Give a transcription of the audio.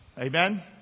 Amen